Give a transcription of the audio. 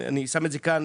אני מציג את זה כאן,